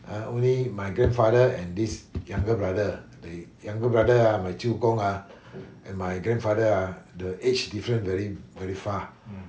ya only my grandfather and this younger brother the younger brother ah my 舅公 ah and my grandfather ah the age different very very far